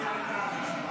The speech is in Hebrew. מה זה אומר?